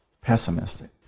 pessimistic